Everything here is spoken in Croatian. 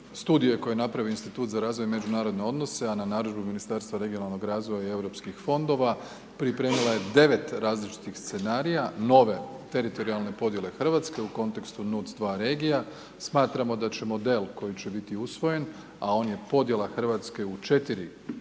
studije koju je napravio Institut za razvoj i međunarodne odnose, a na narudžbu Ministarstva regionalnoga razvoja i europskih fondova, pripremila je devet različitih scenarija nove teritorijalne podijele Hrvatske u kontekstu NUTS II regija, smatramo da će model koji će biti usvojen, a on je podjela Hrvatske u četiri